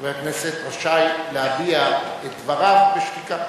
חבר הכנסת רשאי להביע את דבריו בשתיקה.